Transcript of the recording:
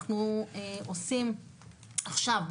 אנחנו עושים עכשיו,